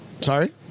Sorry